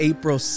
April